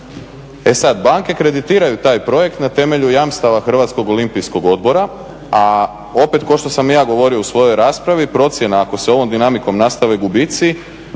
E sad, banke kreditiraju taj projekt na temelju jamstava Hrvatskog olimpijskog odbora, a opet košto sam i ja govorio u svojoj raspravi procjena ako se ovom dinamikom nastave gubici,